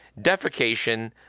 defecation